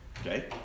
Okay